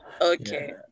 okay